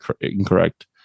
incorrect